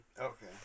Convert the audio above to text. Okay